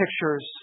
pictures